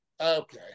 Okay